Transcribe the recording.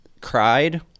cried